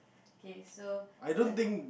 okay so less